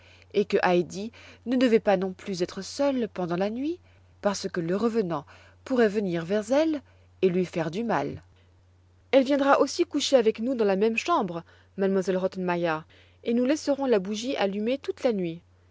et que heidi ne devait pas non plus être seule pendant la nuit parce que le revenant pourrait venir vers elle et lui faire du mal elle viendra aussi coucher avec nous dans la même chambre m elle rottenmeier et nous laisserons la bougie allumée toute la nuit